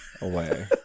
away